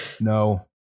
no